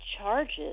charges